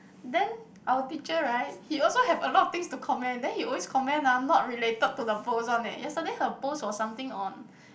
then our teacher right he also have a lot of things to comment then he always comment ah not related to the post one eh yesterday her post was something on